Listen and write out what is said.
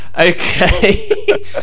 Okay